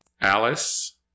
Alice